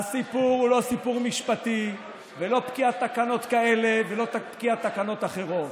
הסיפור הוא לא סיפור משפטי ולא פקיעת תקנות כאלה ולא פקיעת תקנות אחרות.